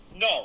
No